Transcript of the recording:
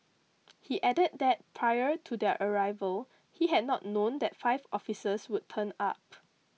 he added that prior to their arrival he had not known that five officers would turn up